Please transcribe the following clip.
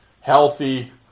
healthy